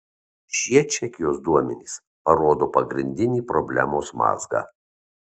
šie čekijos duomenys parodo pagrindinį problemos mazgą